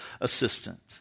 assistant